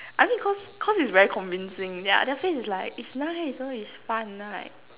I mean cause cause it's very convincing yeah their face is like it's nice you know it's fun right